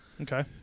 Okay